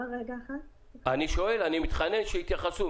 אני שואל, אני מתחנן שידברו.